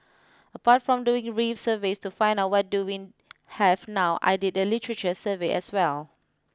apart from doing reef surveys to find out what do we have now I did a literature survey as well